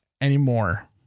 anymore